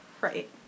Right